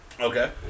Okay